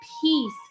peace